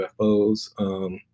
UFOs